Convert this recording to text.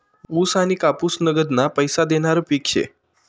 ऊस आनी कापूस नगदना पैसा देनारं पिक शे